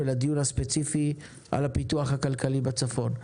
ולדיון הספציפי על הפיתוח הכלכלי בצפון.